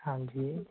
ਹਾਂਜੀ